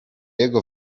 jego